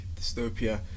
dystopia